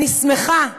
אני שמחה,